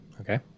Okay